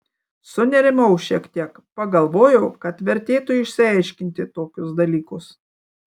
sunerimau šiek tiek pagalvojau kad vertėtų išsiaiškinti tokius dalykus